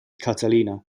catalina